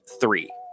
three